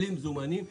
בלי מזומנים,